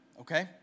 okay